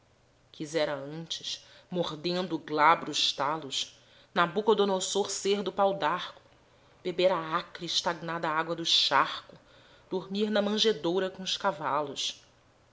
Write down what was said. quisera antes mordendo glabros talos nabucodonosor ser do pau darco beber a acre e estagnada água do charco dormir na manjedoura com os cavalos